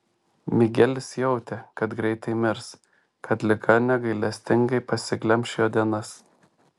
migelis jautė kad greitai mirs kad liga negailestingai pasiglemš jo dienas